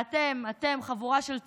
ואתם, אתם חבורה של צבועים,